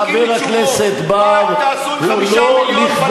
הנאום התבוסני של חבר הכנסת בר הוא לא לכבודם